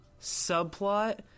subplot